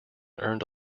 earned